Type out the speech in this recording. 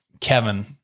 Kevin